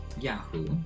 yahoo